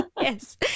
Yes